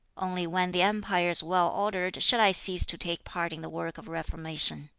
only when the empire is well ordered shall i cease to take part in the work of reformation.